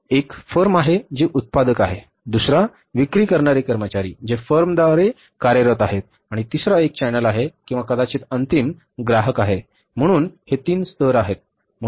एक फर्म आहे जी उत्पादक आहे दुसरा विक्री करणारे कर्मचारी जे फर्मद्वारे कार्यरत आहेत आणि तिसरा एक चॅनेल आहे किंवा कदाचित अंतिम ग्राहक आहे म्हणून हे 3 स्तर आहेत